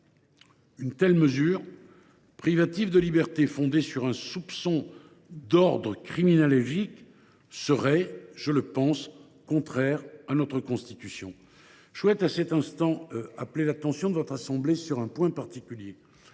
Une telle mesure privative de liberté, fondée sur un soupçon d’ordre criminologique, serait, à mon sens, contraire à notre Constitution. Je souhaite attirer l’attention de la Haute Assemblée sur un point particulier